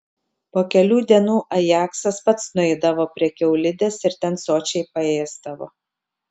po kelių dienų ajaksas pats nueidavo prie kiaulidės ir ten sočiai paėsdavo